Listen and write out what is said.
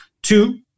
Two